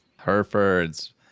Herefords